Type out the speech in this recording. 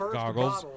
goggles